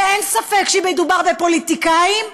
שאין ספק שמדובר בפוליטיקאים,